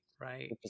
Right